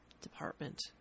department